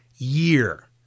Year